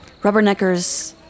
Rubberneckers